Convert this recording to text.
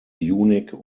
unique